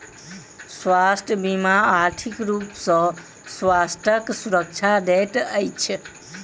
स्वास्थ्य बीमा आर्थिक रूप सॅ स्वास्थ्यक सुरक्षा दैत अछि